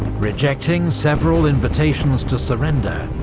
rejecting several invitations to surrender,